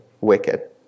wicked